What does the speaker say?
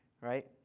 right